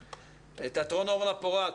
תיאטרון אורנה פורת,